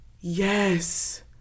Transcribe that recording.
Yes